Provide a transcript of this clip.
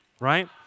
right